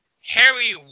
Harry